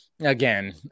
again